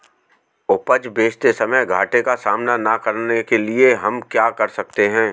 उपज बेचते समय घाटे का सामना न करने के लिए हम क्या कर सकते हैं?